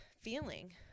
feeling